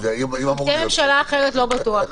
אם תהיה ממשלה אחרת, לא בטוח.